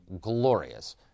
glorious